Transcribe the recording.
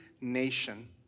nation